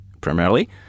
primarily